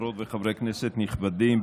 חברות וחברי כנסת נכבדים,